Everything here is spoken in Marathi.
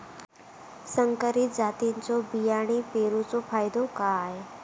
संकरित जातींच्यो बियाणी पेरूचो फायदो काय?